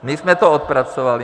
My jsme to odpracovali.